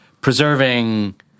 preserving